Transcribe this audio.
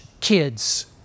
kids